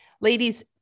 ladies